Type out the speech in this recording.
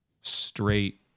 straight